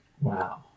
Wow